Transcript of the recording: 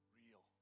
real